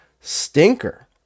stinker